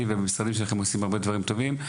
ובמשרדים שלכם עושים הרבה מאוד דברים טובים,